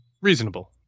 Reasonable